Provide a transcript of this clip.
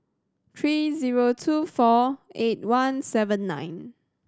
three zero two four eight one seven nine